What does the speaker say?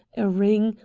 a ring,